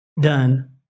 done